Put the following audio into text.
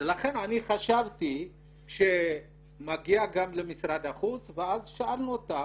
אז לכן אני חשבתי שמגיע גם למשרד החוץ ואז שאלנו אותם.